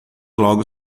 logo